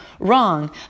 Wrong